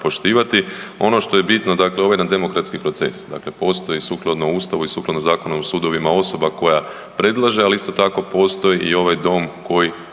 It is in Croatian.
Ono što je bitno, dakle ovaj nam demokratski proces, dakle postoji sukladno Ustavu i sukladno Zakonu o sudovima osoba koja predlaže ali isto tako postoji i ovaj dom koji